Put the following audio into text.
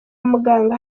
muganga